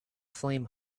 flame